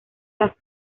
las